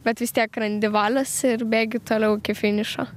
bet vis tiek randi valios ir bėgi toliau iki finišo